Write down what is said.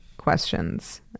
questions